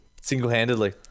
Single-handedly